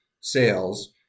sales